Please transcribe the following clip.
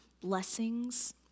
blessings